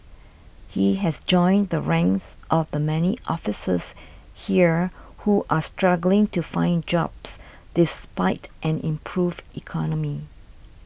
he has joined the ranks of the many officers here who are struggling to find jobs despite an improved economy